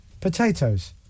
Potatoes